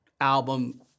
album